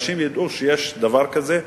שאנשים ידעו שיש דבר כזה,